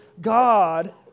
God